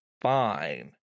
fine